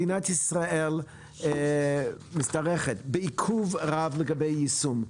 מדינת ישראל משתרכת בעיכוב רב לגבי יישום.